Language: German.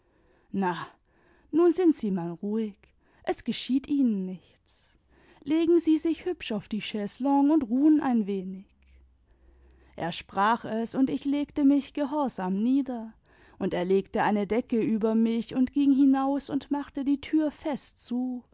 na nun sind sie man ruhig es geschieht ihnen nichts legen sie sich hübsch auf die chaiselongue und ruhen ein wenig er sprach es und ich legte mich gehorsam nieder und er legte eine decke über mich und ging hinaus und machte die tür fest zu